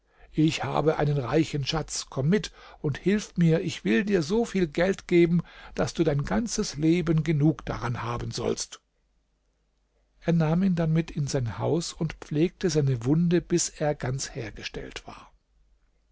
ich habe einen reichen schatz komm mit und hilf mir ich will dir so viel geld geben daß du dein ganzes leben genug daran haben sollst er nahm ihn dann mit in sein haus und pflegte seine wunde bis er ganz hergestellt war